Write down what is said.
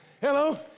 Hello